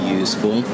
useful